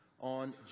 on